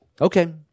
Okay